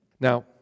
Now